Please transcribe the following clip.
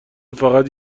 فقط